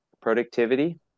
productivity